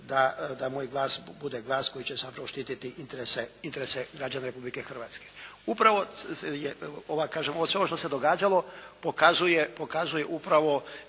da moj glas bude glas koji će zapravo štititi interese građana Republike Hrvatske. Upravo kažem sve ovo što se događalo pokazuje upravo